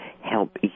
help